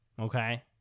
Okay